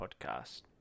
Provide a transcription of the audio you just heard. podcast